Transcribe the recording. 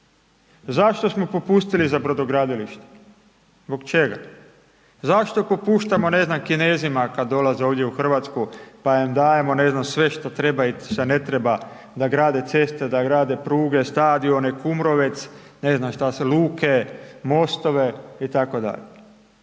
zašto smo popustili za brodogradilišta, zbog čega, zašto popuštamo ne znam Kinezima kad dolaze ovdje u Hrvatsku pa im dajemo ne znam sve što treba i što ne treba da grade ceste, da grade pruge, stadione, Kumrovec, ne znam šta sve, luke, mostove itd.